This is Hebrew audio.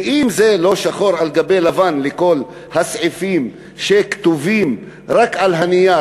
ואם זה לא שחור על גבי לבן בכל הסעיפים שכתובים רק על הנייר,